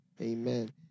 amen